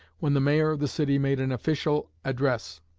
when the mayor of the city made an official address.